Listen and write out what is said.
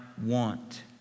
want